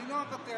אני לא אוותר.